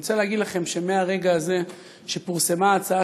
אני רוצה להגיד לכם שמרגע שפורסמה ההצעה